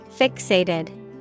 Fixated